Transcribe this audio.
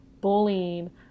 bullying